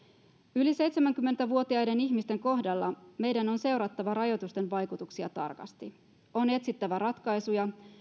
yli seitsemänkymmentä vuotiaiden ihmisten kohdalla meidän on seurattava rajoitusten vaikutuksia tarkasti on etsittävä ratkaisuja